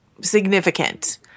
significant